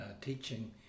teaching